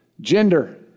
gender